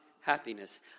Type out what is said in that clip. happiness